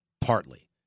Partly